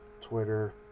Twitter